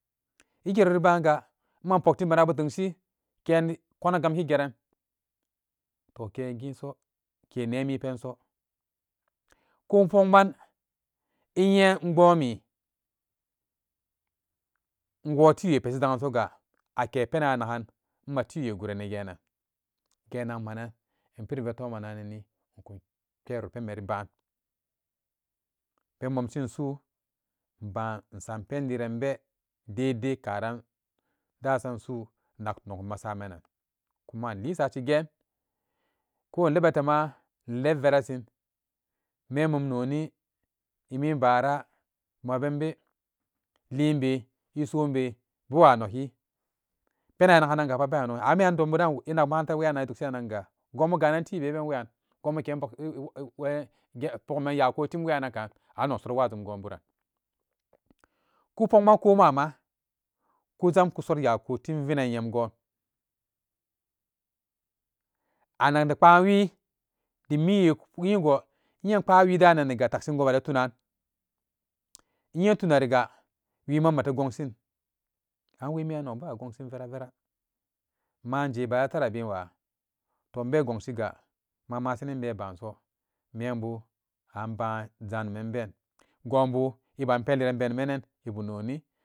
I gerori pban ga ima pok tim maana bu tengshi ken koona gamki geran, to ken giso ke nemi penso ko pokman inye in bomi, inwo tiwe peshi zagan soga, a ke penan a nagan ma ti we guranni ge nan gen nakmanna in piri vetomanni inkun pero penme ri pban, pen momshin psu'u in pban in sam pen liran be daidai karan dasam su'u nak nok ma samanan kuma inlii sashi gen ko indebate maa in leb verasin mem mum noni ɛ mem baara puma benbe liin be, ɛ so be bewa nokhi pena ɛ ya naganaga pat bewa nokhi an weyan dombuden inak makaranta weyannan ɛ duksiranga gonbu ganan ti be ben weyan gonbu ken i bakkk pogu man yako tim weyannanka an nok tsoran wa jum gon bura, ku pokman ko ma'ama kujam, kusoti yakotim vinan nyem gon a nak ne obaa wi dim miwe ku nyego inye in pbaawi da niga takshin gon mate tuunan, inye tuuna rigaa wima mate gongshin an wemiyan nok bewo gonshin vera vera maan je baara tara abin waa, to inbe gongsi ga ma masenin be pbanso, membu an poban zanuman be, gonbu ɛman pen leban benu menen bum noni